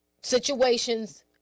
situations